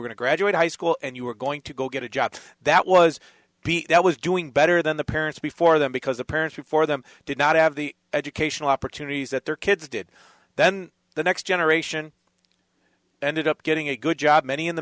going to graduate high school and you were going to go get a job that was that was doing better than the parents before them because the parents before them did not have the educational opportunities that their kids did then the next generation ended up getting a good job many in the